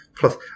Plus